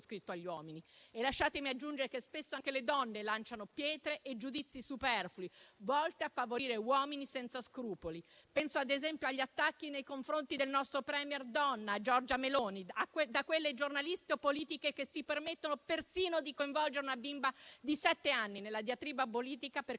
Lasciatemi aggiungere che spesso anche le donne lanciano pietre e giudizi superflui, volti a favorire uomini senza scrupoli. Penso ad esempio agli attacchi nei confronti del nostro *premier* donna Giorgia Meloni da quelle giornaliste politiche che si permettono persino di coinvolgere una bimba di sette anni nella diatriba politica, per colpirne